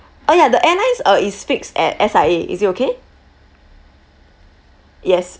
uh ya the airlines uh is fixed at S_I_A is it okay yes